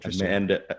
Amanda